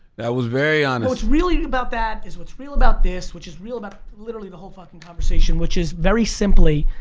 that was very honest. what's really about that is what's real about this, which is real about literally the whole fucking conversation which is very simply,